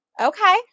Okay